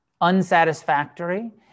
unsatisfactory